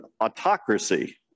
autocracy